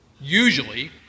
Usually